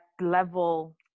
level